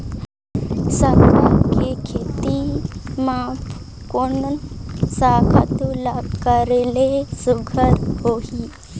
साग के खेती म कोन स खातु ल करेले सुघ्घर होही?